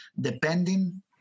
depending